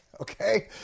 Okay